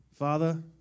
Father